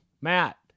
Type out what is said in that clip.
Matt